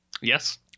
Yes